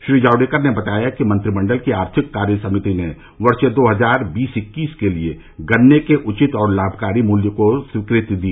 श्री जावडेकर ने बताया कि मंत्रिमंडल की आर्थिक कार्य समिति ने वर्ष दो हजार बीस इक्कीस के लिए गन्ने के उचित और लाभकारी मूल्य को स्वीकृति दी